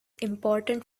important